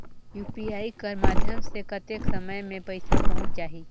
UPI कर माध्यम से कतेक समय मे पइसा पहुंच जाहि?